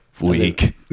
weak